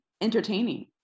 entertaining